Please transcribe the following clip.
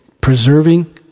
preserving